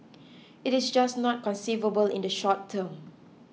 it is just not conceivable in the short term